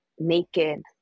Naked